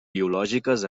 biològiques